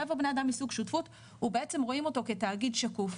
חבר בני אדם מסוג שותפות בעצם רואים אותו כתאגיד שקוף,